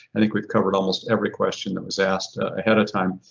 i think we've covered almost every question that was asked ahead of time,